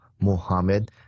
Muhammad